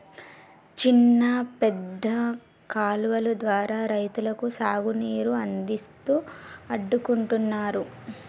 చిన్న పెద్ద కాలువలు ద్వారా రైతులకు సాగు నీరు అందిస్తూ అడ్డుకుంటున్నారు